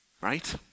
right